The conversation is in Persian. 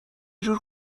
جور